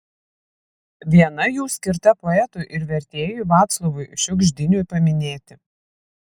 viena jų skirta poetui ir vertėjui vaclovui šiugždiniui paminėti